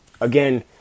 Again